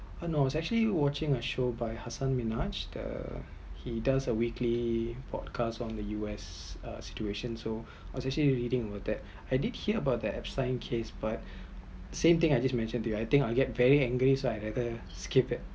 uh no it's actually watching a show by hassan minaj the he does a weekly podcast on the US uh situation so I was actually reading over that I did hear about that epsign case but same thing I just mentioned to you I think I get very angry so I rather skipped it